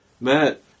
Matt